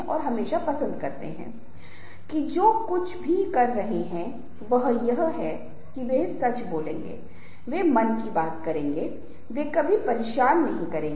Fisher का मानना था कि समूह में जिस प्रकार का संचार हो रहा है वह पहचान करने के साथ साथ विशेष अवस्था को बढ़ावा देने का काम करेगा